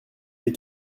des